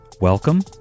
welcome